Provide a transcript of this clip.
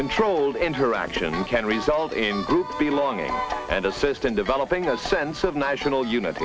controlled interactions can result in group belonging and assist in developing a sense of national unit